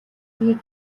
хий